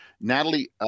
Natalie